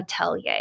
Atelier